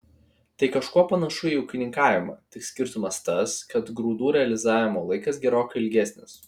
tai kažkuo panašu į ūkininkavimą tik skirtumas tas kad grūdų realizavimo laikas gerokai ilgesnis